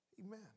Amen